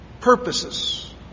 purposes